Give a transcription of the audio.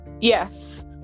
Yes